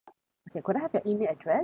okay could I have your email address